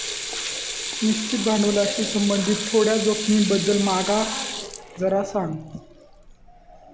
निश्चित भांडवलाशी संबंधित थोड्या जोखमींबद्दल माका जरा सांग